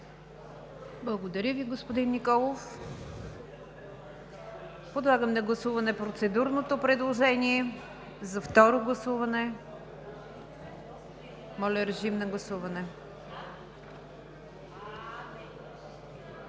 Благодаря Ви, господин Николов. Подлагам на гласуване процедурното предложение за второ гласуване. Гласували